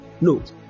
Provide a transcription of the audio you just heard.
Note